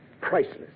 Priceless